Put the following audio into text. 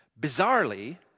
Bizarrely